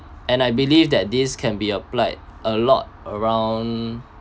and I believe that this can be applied a lot around